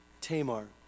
Tamar